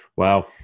Wow